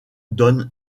donne